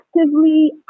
actively